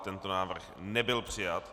Tento návrh nebyl přijat.